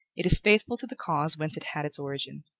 it is faithful to the cause whence it had its origin.